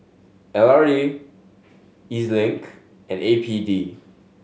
L R T E Z Link and A P D